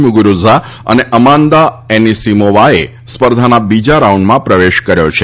Muguruza અને Amanda એનીસીમોવાએ સ્પર્ધાના બીજા રાઉન્ડમાં પ્રવેશ કર્યો છે